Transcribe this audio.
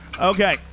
Okay